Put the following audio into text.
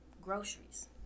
groceries